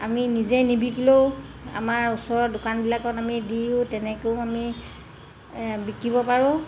আমি নিজে নিবিকিলেও আমাৰ ওচৰৰ দোকানবিলাকত আমি দিও তেনেকৈও আমি বিকিব পাৰোঁ